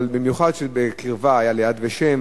אבל במיוחד שבקרבה ל"יד ושם",